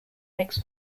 next